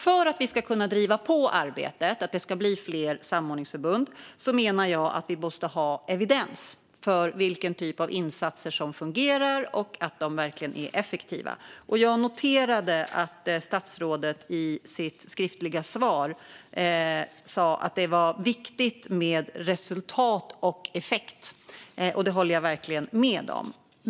För att vi ska kunna driva på arbetet och för att det ska bli fler samordningsförbund menar jag att vi måste ha evidens för vilken typ av insatser som fungerar och att de verkligen är effektiva. Jag noterade att statsrådet i sitt svar sa att det var viktigt med resultat och effekt. Det håller jag verkligen med om.